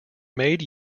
made